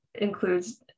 includes